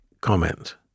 comment